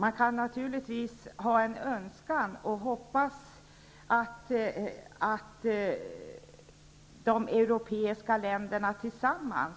Man kan naturligtvis hoppas att de europeiska länderna tillsammans